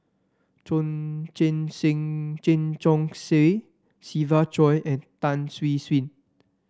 Chen Chong Swee Siva Choy and Tan Siew Sin